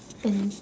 and